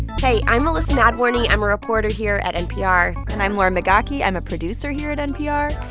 hey, i'm elissa nadworny. i'm a reporter here at npr and i'm lauren migaki. i'm a producer here at npr.